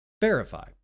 verify